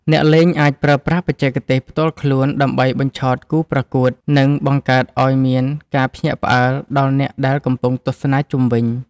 អ្នកលេងអាចប្រើប្រាស់បច្ចេកទេសផ្ទាល់ខ្លួនដើម្បីបញ្ឆោតគូប្រកួត និងបង្កើតឱ្យមានការភ្ញាក់ផ្អើលដល់អ្នកដែលកំពុងទស្សនាជុំវិញ។